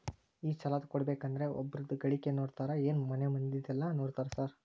ಈ ಸಾಲ ಕೊಡ್ಬೇಕಂದ್ರೆ ಒಬ್ರದ ಗಳಿಕೆ ನೋಡ್ತೇರಾ ಏನ್ ಮನೆ ಮಂದಿದೆಲ್ಲ ನೋಡ್ತೇರಾ ಸಾರ್?